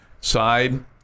side